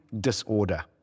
Disorder